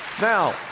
Now